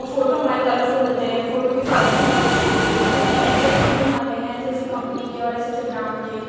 اور فوٹو ہمارے کلرفل ہوتے ہیں فوٹو کی کوالٹی بہت اچھی ہوتی ہے کیونکہ ایسے ایسے فون آگیے ہیں ایسی ایسی کمپنی کے اور ایسے ایسے برانڈ کے